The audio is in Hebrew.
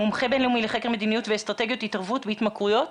מומחה בינלאומי לחקר מדיניות ואסטרטגיות התערבות והתמכרויות